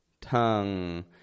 tongue